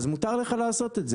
אז מותר לך לעשות את זה.